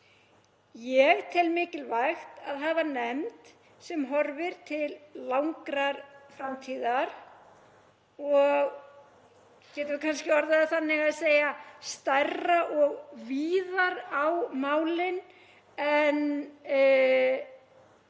Ég tel mikilvægt að hafa nefnd sem horfir til langrar framtíðar og, við getum kannski orðað það þannig, stærra og víðar á málin en